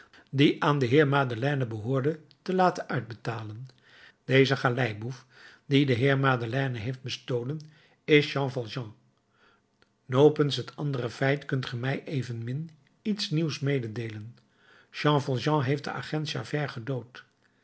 die aan den heer madeleine behoorde te laten uitbetalen deze galeiboef die den heer madeleine heeft bestolen is jean valjean nopens het andere feit kunt ge mij evenmin iets nieuws mededeelen jean valjean heeft den agent javert gedood